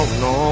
no